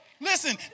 Listen